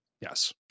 Yes